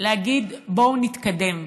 להגיד בואו נתקדם,